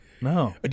No